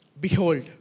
behold